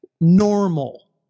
normal